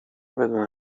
بدون